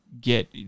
get